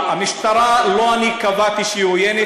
המשטרה, לא אני קבעתי שהיא עוינת.